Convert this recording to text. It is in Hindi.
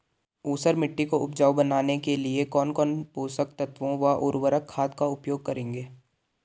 ऊसर मिट्टी को उपजाऊ बनाने के लिए कौन कौन पोषक तत्वों व उर्वरक खाद का उपयोग करेंगे?